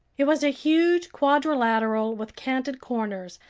it was a huge quadrilateral with canted corners,